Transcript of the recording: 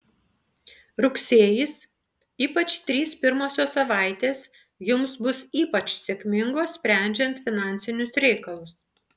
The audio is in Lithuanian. rugsėjis ypač trys pirmosios savaitės jums bus ypač sėkmingos sprendžiant finansinius reikalus